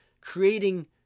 creating